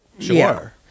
Sure